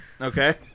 Okay